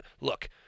Look